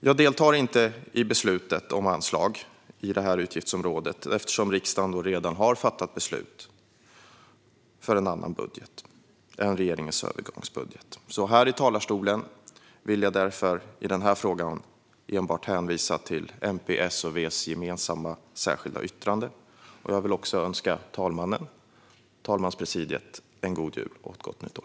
Jag deltar inte i beslutet om anslag på det här utgiftsområdet eftersom riksdagen redan har fattat beslut om en annan budget än regeringens övergångsbudget. Här i talarstolen vill jag därför i den här frågan enbart hänvisa till MP:s, S och V:s gemensamma särskilda yttrande. Jag vill också önska talmannen och talmanspresidiet en god jul och ett gott nytt år.